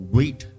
Wait